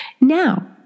Now